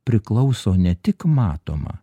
priklauso ne tik matoma